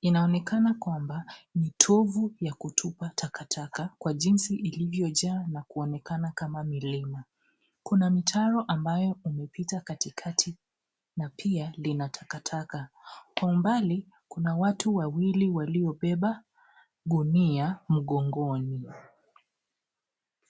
Inaonekana kwamba, mitovu ya kutupa takataka kwa jinsi ilivyojaa na kuonekana kama milima. Kuna mitaro ambayo yamepita katikati na pia lina takataka. Kwa mbali, kuna watu wawili waliobeba gunia mgongoni.